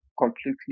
completely